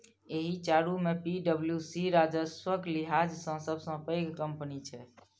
एहि चारू मे पी.डब्ल्यू.सी राजस्वक लिहाज सं सबसं पैघ कंपनी छै